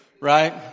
right